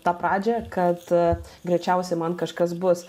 tą pradžią kad greičiausiai man kažkas bus